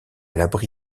l’abri